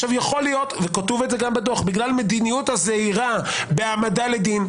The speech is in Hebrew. יכול להיות וכתוב את זה גם בדוח בגלל המדיניות הזהירה בהעמדה לדין,